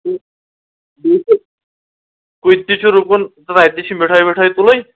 کۭتۍ تہِ چھُ رُکُن تہٕ تَتہِ تہِ چھِ مِٹھٲے وِٹھٲے تُلٕنۍ